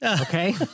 Okay